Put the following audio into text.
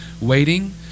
waiting